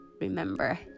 Remember